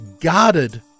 guarded